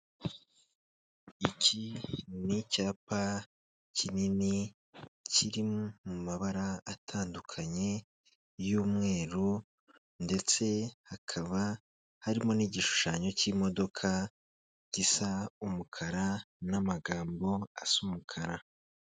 Iki n'icyapa kinini kiri mumabara atandukanye y'umweru ,ndetse hakaba harimo n'igishushanyo cy'imodoka gisa umukara n'amagambo as'umukara.